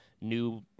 new